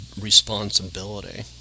responsibility